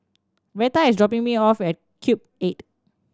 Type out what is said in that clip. Reta is dropping me off at Cube Eight